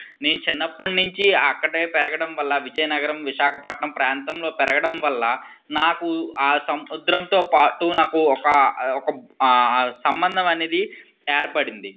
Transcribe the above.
నేన్ చిన్నప్పటి నుంచి అక్కడే పెరగడం వల్ల విజయనగరం విశాఖపట్నం ప్రాంతంలో పెరగడం వల్ల నాకు ఆ సముద్రంతో పాటు నాకు ఒక ఒక సంబంధం అనేది ఏర్పడింది